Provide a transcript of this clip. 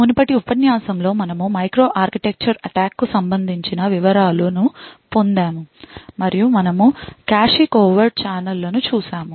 మునుపటి ఉపన్యాసం లో మనము మైక్రోఆర్కిటెక్చర్ అటాక్ కు సంబంధించిన వివరాలను పొందాము మరియు మనము కాష్ కోవర్ట్ ఛానెళ్లను చూశాము